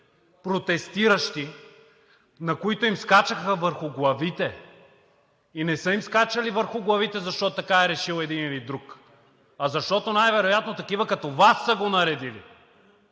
протестиращи, на които им скачаха върху главите. И не са им скачали върху главите, защото така е решил един или друг, а защото най-вероятно такива като Вас са го наредили!